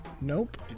Nope